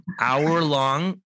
hour-long